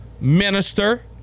minister